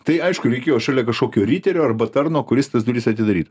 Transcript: tai aišku reikėjo šalia kažkokio riterio arba tarno kuris tas duris atidarytų